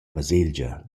baselgia